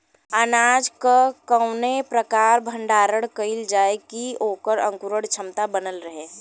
अनाज क कवने प्रकार भण्डारण कइल जाय कि वोकर अंकुरण क्षमता बनल रहे?